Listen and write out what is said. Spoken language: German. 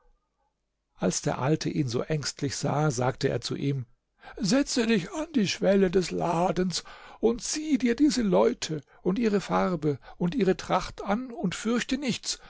als der alte ihn so ängstlich sah sagte er zu ihm setze dich an die schwelle des ladens und sieh dir diese leute und ihre farbe und ihre tracht an und fürchte nichts